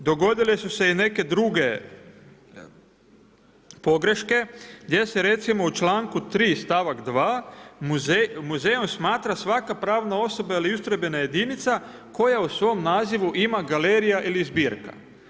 Isto tako dogodile su se i neke druge pogreške, gdje se recimo u čl. 3, stavak 2 muzejom smatra svaka pravna osoba ili ustrojbena jedinica, koja u svom nazivu ima galerija ili zbirka.